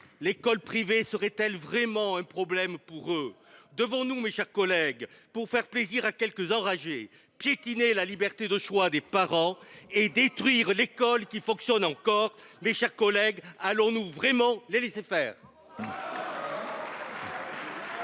l’école privée serait elle vraiment un problème pour eux ? Et l’éducation à la sexualité ? Devons nous, pour faire plaisir à quelques enragés, piétiner la liberté de choix des parents et détruire l’école qui fonctionne encore ? Mes chers collègues, allons nous vraiment les laisser faire ?